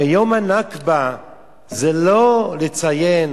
הרי יום הנכבה זה לא לציין